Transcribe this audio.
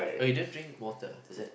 oh you don't drink water is it